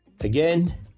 Again